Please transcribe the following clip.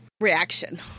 reaction